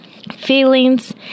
feelings